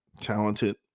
talented